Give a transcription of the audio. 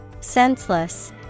Senseless